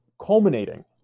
culminating